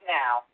now